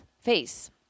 face